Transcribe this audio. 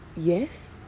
yes